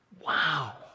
Wow